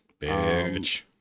bitch